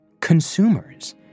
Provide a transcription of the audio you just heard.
consumers